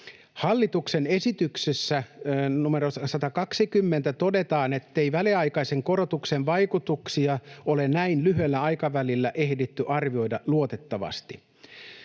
Hallituksen esityksessä 120 todetaan, ettei väliaikaisen korotuksen vaikutuksia ole näin lyhyellä aikavälillä ehditty arvioida luotettavasti.